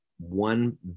One